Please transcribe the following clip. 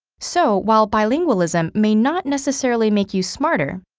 so, while bilingualism may not necessarily make you smarter,